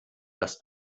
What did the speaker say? das